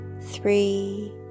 three